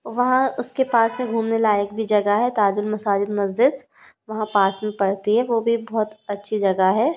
वहाँ उसके पास में घूमने लायक भी जगह है ताज उल मसाजिद मस्जिद वहाँ पास में पड़ती है वो भी बहुत अच्छी जगह है